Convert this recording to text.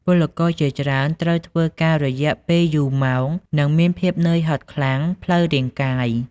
ពលករជាច្រើនត្រូវធ្វើការរយៈពេលយូរម៉ោងនិងមានភាពនឿយហត់ខ្លាំងផ្លូវរាងកាយ។